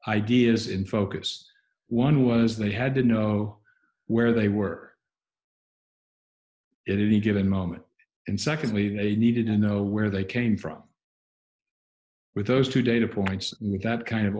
ideas in focus one was they had to know where they were it in given moment and secondly they needed to know where they came from with those two data points with that kind of